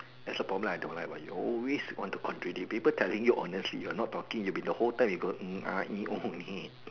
that's a problem I don't like about you you always want to contradict people telling you honestly you're not talking you been the whole time you go